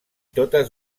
totes